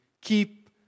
keep